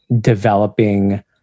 developing